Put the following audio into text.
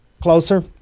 Closer